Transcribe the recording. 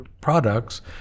products